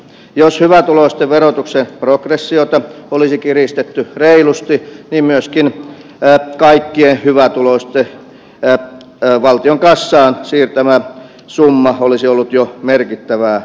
jos hyvätuloisten verotuksen progressiota olisi kiristetty reilusti niin myöskin kaikkien hyvätuloisten valtion kassaan siirtämä summa olisi ollut jo merkittävää luokkaa